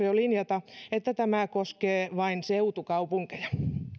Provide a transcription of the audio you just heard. jo linjata että tämä koskee vain seutukaupunkeja